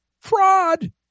Fraud